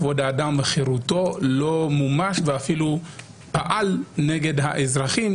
כבוד האדם וחירותו לא מומש ואפילו פעל נגד האזרחים.